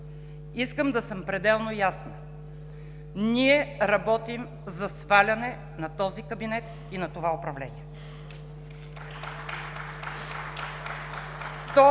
Искам да съм пределно ясна: ние работим за сваляне на този кабинет и на това управление!